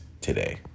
today